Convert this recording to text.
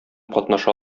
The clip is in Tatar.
катнаша